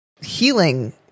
healing